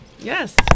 Yes